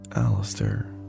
Alistair